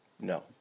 no